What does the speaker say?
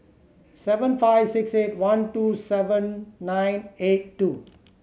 seven five six eight one two seven nine eight two